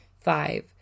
Five